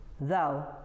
thou